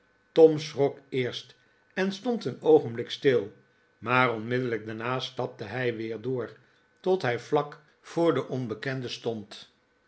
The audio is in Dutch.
tom schrok eerst en stond een oogenblik stilj maar onmiddellijk daarna staple hij weer door tot hij vlak voor den onbekende stond